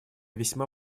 весьма